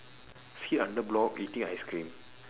sit under block eating ice cream